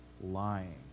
lying